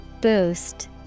Boost